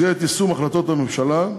זה יישום החלטות הממשלה,